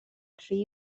rhy